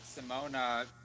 Simona